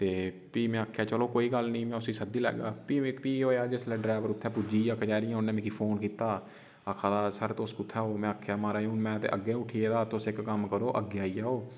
ते फ्ही में आखेआ चलो कोई गल्ल नि फ्ही में उसी सद्दी लैगा फ्ही मैं फ्ही होएया जिसलै ड्रैवर उत्थै पुज्जी गेआ कचैरियै उन्नै मिगी फोन कीता आक्खा दा सर तुस कुत्थै ओ मैं आखेआ महाराज में ते अग्गें उठी गेदा तुस इक कम्म करो अग्गें आई जाओ